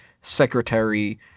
secretary